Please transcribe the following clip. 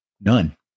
none